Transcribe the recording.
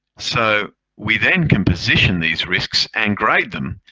so we then can position these risks and grade them.